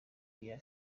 beer